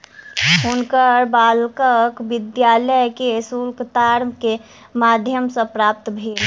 हुनकर बालकक विद्यालय के शुल्क तार के माध्यम सॅ प्राप्त भेल